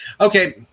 Okay